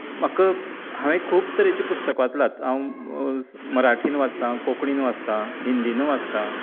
म्हाका हांवें खूब तरेचे पुस्तकां वाचलात हांव मराठीन वाचतां कोंकणीन वाचतां हिन्दीनूय वाचता